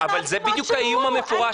אני לא --- אבל זה בדיוק האיום המפורש,